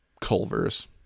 Culver's